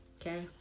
okay